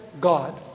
God